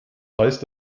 heißt